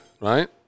right